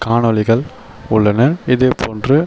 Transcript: காணொளிகள் உள்ளன இதேபோன்று